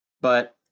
but